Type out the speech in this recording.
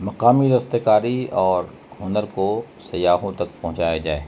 مقامی دست کاری اور ہنر کو سیاحوں تک پہنچایا جائے